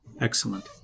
Excellent